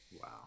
Wow